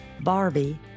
Barbie